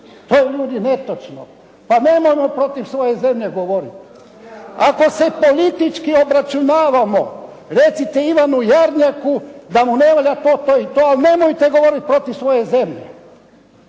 To je ljudi netočno! Pa nemojmo protiv svoje zemlje govoriti. Ako se politički obračunavamo recite Ivanu Jarnjaku da mu ne valja to, to i to. Ali nemojte govoriti protiv svoje zemlje!